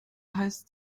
heißt